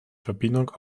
verbindung